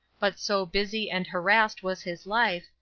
but so busy and harassed was his life,